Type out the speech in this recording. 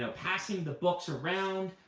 ah passing the books around.